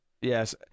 yes